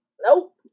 Nope